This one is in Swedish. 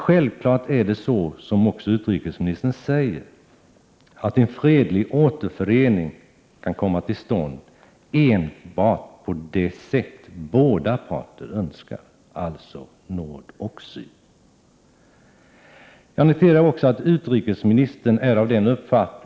Självfallet är det så, som även utrikesministern säger, att en fredlig återförening ”kan komma till stånd enbart på det sätt båda parter önskar”, alltså nord och syd. Jag noterar också att utrikesministern har uppfattningen att en hållbar Prot.